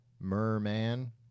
merman